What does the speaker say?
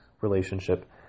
relationship